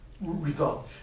results